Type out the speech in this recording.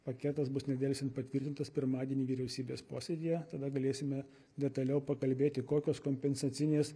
paketas bus nedelsiant patvirtintas pirmadienį vyriausybės posėdyje tada galėsime detaliau pakalbėti kokios kompensacinės